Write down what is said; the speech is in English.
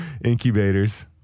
incubators